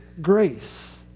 grace